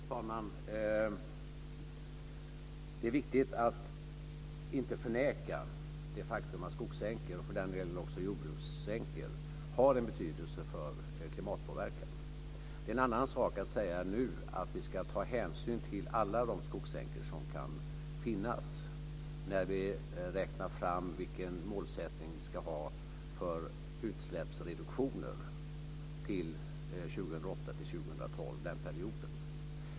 Fru talman! Det är viktigt att inte förneka det faktum att skogssänkor, och för den delen också jordbrukssänkor, har en betydelse för klimatpåverkan. Det är en annan sak att nu säga att vi ska ta hänsyn till alla de skogssänkor som kan finnas när vi räknar fram vilken målsättning vi ska ha för utsläppsreduktioner perioden 2008-2012.